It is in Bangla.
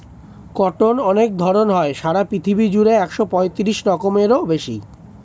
কটন অনেক ধরণ হয়, সারা পৃথিবী জুড়ে একশো পঁয়ত্রিশ রকমেরও বেশি